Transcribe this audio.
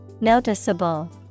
Noticeable